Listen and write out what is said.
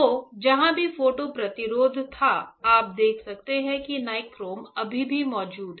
तो जहां भी फोटो प्रतिरोध था आप देख सकते हैं कि नाइक्रोम अभी भी मौजूद है